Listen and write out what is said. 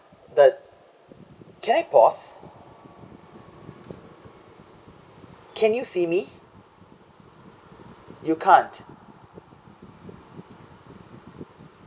the can I pause can you see me you can't